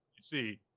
see